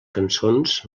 cançons